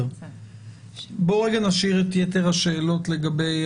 בואו נשאיר רגע את יתר השאלות לגבי